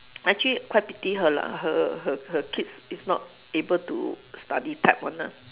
actually quite pity her lah her her her kids is not able to study type one ah